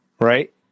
right